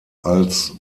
als